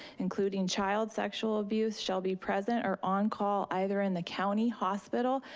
including child sexual abuse, shall be present or on call either in the county hospital,